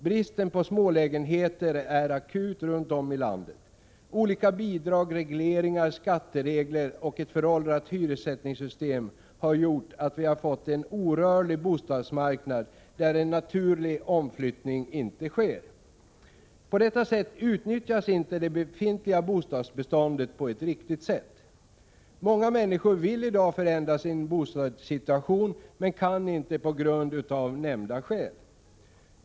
Bristen på smålägenheter är akut runt om i landet. Olika bidrag och regleringar, skatteregler och ett föråldrat hyressättningssystem har gjort att vi har fått en orörlig bostadsmarknad, där en naturlig omflyttning inte sker. På detta sätt utnyttjas inte det befintliga bostadsbiståndet på ett riktigt sätt. Många människor vill i dag förändra sin bostadssituation men kan inte av nämnda skäl.